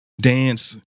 dance